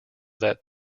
that